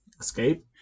Escape